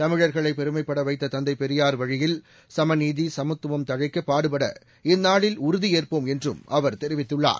தமிழர்களை பெருமைப்பட வைத்த தந்தை பெரியார் வழியில் சமநீதி சமத்துவம் தழைக்க பாடுபட இந்நாளில் உறுதியேற்போம் என்றும் அவர் தெரிவித்துள்ளார்